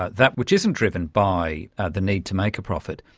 ah that which isn't driven by the need to make a profit,